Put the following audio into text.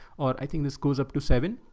or i think this goes up to seven.